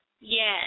Yes